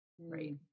Right